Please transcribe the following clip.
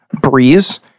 breeze